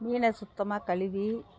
மீனை சுத்தமாக கழுவி